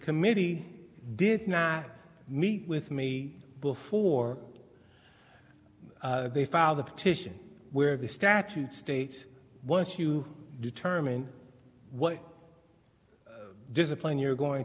committee did not meet with me before they filed the petition where the statute states once you determine what discipline you're going